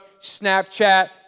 Snapchat